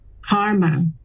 karma